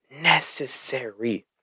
necessary